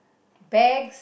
bags